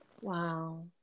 Wow